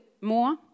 more